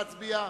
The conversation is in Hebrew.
נא להצביע.